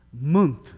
Month